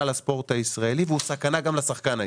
לספורט הישראלי והוא סכנה גם לשחקן הישראלי.